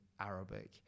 Arabic